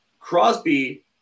Crosby